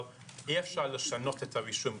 אבל אי-אפשר לשנות את הרישום,